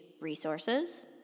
resources